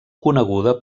coneguda